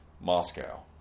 Moscow